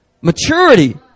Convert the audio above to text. maturity